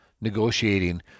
negotiating